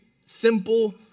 simple